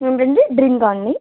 ఏంటండీ డ్రింకా అండి